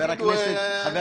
הם יגידו: "אחלה".